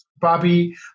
Bobby